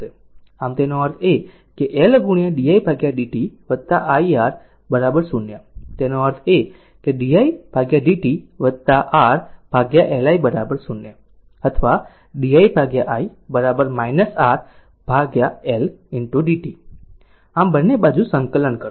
આમ તેનો અર્થ એ કે L di dt i R 0 તેનો અર્થ એ કે di dt R L i 0 આમ અથવા di i R L dt આમ બંને બાજુ સંકલન કરો